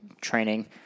training